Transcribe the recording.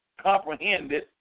comprehended